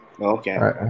Okay